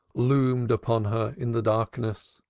loomed upon her in the darkness.